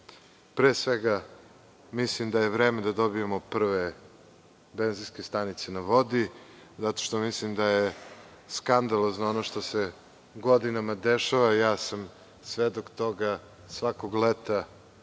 Pre svega, mislim da je vreme da dobijemo prve benzinske stanice na vodi zato što mislim da je skandalozno ono što se godinama dešava. Ja sam svedok toga svakog leta